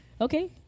okay